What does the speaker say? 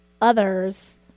others